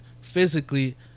physically